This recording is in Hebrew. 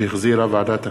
שהחזירה ועדת הכספים.